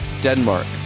Denmark